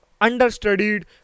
understudied